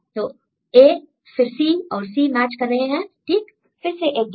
तो A फिर C और C मैच कर रहे हैं ठीक फिर से एक गैप